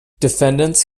defendants